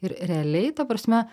ir realiai ta prasme